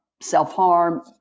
self-harm